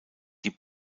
die